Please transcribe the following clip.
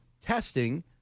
Testing